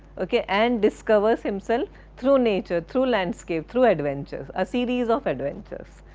ok and discovers himself through nature, through landscape, through adventures, a series of adventures.